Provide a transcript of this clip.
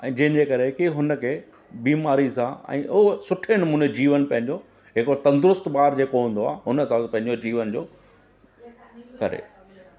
ऐं जंहिंजे करे की हुन खे बीमारी सां ऐं हो सुठे नमूने जीवन पंहिंजो हिकिड़ो तंदुरुस्तु ॿारु जेको हूंदो आहे हुन हिसाब सां पंहिंजो जीवन जो करे